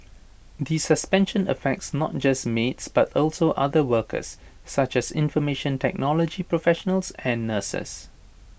the suspension affects not just maids but also other workers such as information technology professionals and nurses